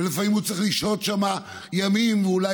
ולפעמים הוא צריך לשהות שם ימים ואולי